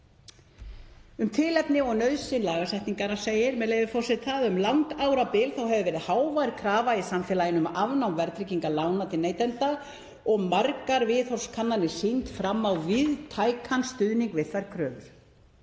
Um tilefni og nauðsyn lagasetningar segir: Um langt árabil hefur verið hávær krafa í samfélaginu um afnám verðtryggingar lána til neytenda og margar viðhorfskannanir sýnt fram á víðtækan stuðning við þær kröfur.